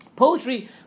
Poetry